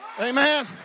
Amen